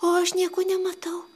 o aš nieko nematau